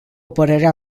părerea